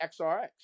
XRX